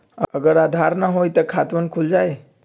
अगर आधार न होई त खातवन खुल जाई?